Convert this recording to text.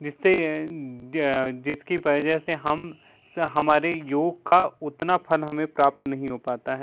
जिससे जिसकी वजह से हम हमारे योग का उतना फल हमें प्राप्त नहीं हो पाता हैं